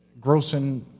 grossing